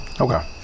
okay